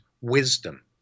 wisdom